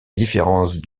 différence